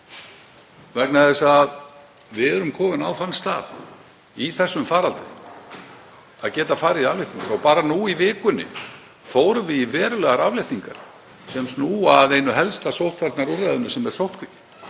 vera bjartsýn. Við erum komin á þann stað í þessum faraldri að geta farið í afléttingar. Bara nú í vikunni fórum við í verulegar afléttingar sem snúa að einu helsta sóttvarnaúrræðinu, sem er sóttkví.